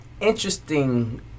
interesting